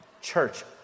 church